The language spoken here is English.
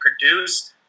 produced